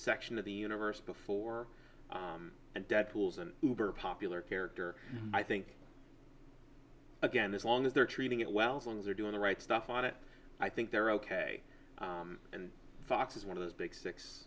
section of the universe before and dead tools and super popular character i think again as long as they're treating it well as long as they're doing the right stuff on it i think they're ok and fox is one of those big six